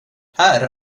här